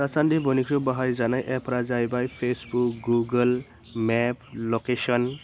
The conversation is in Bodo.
दासान्दि बयनिख्रुयबो बाहायजानाय एपफोरा जाहैबाय फेसबुक गुगोल मेप लकेसन